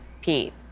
Pete